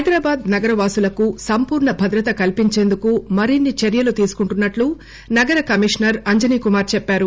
హైదరాబాద్ నగరవాసులకు సంపూర్ణ భద్రత కల్పించేందుకు మరిన్ని చర్యలు తీసుకుంటున్నట్లు నగర కమిషనర్ అంజనీకుమార్ చెప్పారు